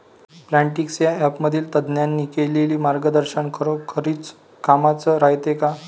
Plantix या ॲपमधील तज्ज्ञांनी केलेली मार्गदर्शन खरोखरीच कामाचं रायते का?